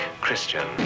Christian